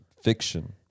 fiction